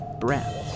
breath